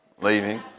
leaving